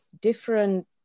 different